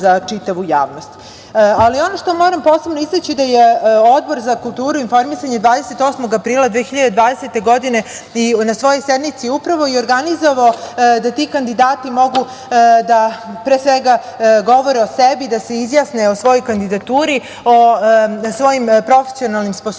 javnost. Ono što moram posebno istaći jeste da je Odbor za kulturu i informisanje 28. aprila 2020. godine na svojoj sednici upravo i organizovao da ti kandidati mogu da govore o sebi, da se izjasne o svojoj kandidaturi, o svojim profesionalnim sposobnostima,